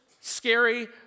scary